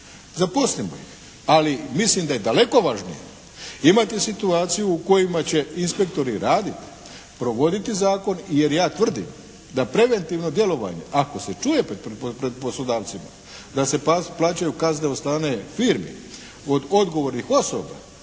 zaposlimo ih, ali mislim da je daleko važnije imati situaciju u kojima će inspektori raditi, provoditi zakon. Jer ja tvrdim da preventivno djelovanje, ako se čuje pred poslodavcima da se plaćaju kazne od strane firmi, od odgovornih osoba